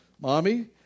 Mommy